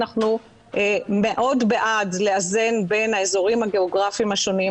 אנחנו מאוד בעד לאזן בין האזורים הגיאוגרפיים השונים,